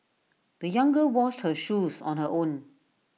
the young girl washed her shoes on her own